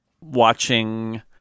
watching